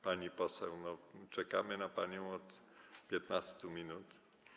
Pani poseł, czekamy na panią od 15 minut.